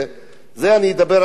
אני אדבר על האפליה,